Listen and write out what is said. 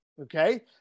okay